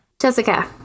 Jessica